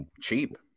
Cheap